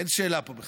אין פה שאלה בכלל.